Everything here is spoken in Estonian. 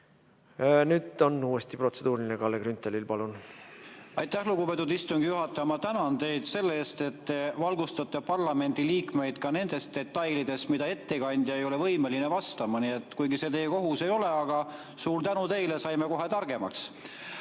Nüüd on uuesti protseduuriline Kalle Grünthalil. Palun! Aitäh, lugupeetud istungi juhataja! Ma tänan teid selle eest, et te valgustate parlamendiliikmeid ka nende detailide kohta, mida ettekandja ei ole võimeline vastama, kuigi see teie kohus ei ole. Suur tänu teile! Saime kohe targemaks.